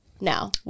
now